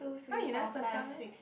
!huh! you never circle meh